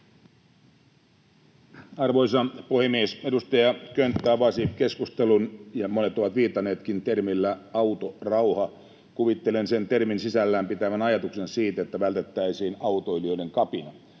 Arvoisa puhemies! Edustaja Könttä avasi keskustelun termillä ”autorauha”, ja monet ovat viitanneetkin siihen. Kuvittelen sen termin pitävän sisällään ajatuksen siitä, että vältettäisiin autoilijoiden kapina